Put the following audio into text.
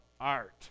art